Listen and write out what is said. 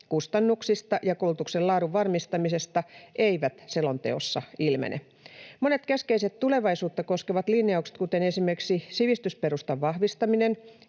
kustannuksista ja koulutuksen laadun varmistamisesta eivät selonteosta ilmene. Monet keskeiset tulevaisuutta koskevat linjaukset, kuten esimerkiksi sivistysperustan vahvistaminen,